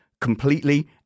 completely